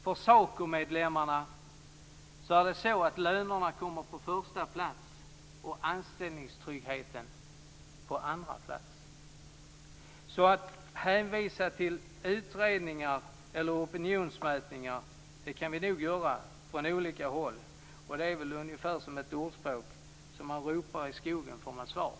För SACO-medlemmarna är det lönerna som kommer på första plats och anställningstryggheten på andra plats. Hänvisa till utredningar eller opinionsmätningar kan vi nog göra från olika håll. Det är väl ungefär som i ordspråket: Som man ropar i skogen får man svar.